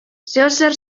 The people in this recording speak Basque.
zeozer